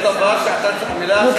חבר הכנסת ברכה, בבקשה.